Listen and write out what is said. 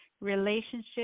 relationship